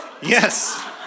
yes